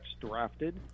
drafted